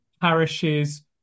Parishes